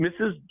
Mrs